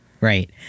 Right